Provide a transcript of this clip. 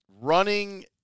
running